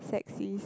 sexist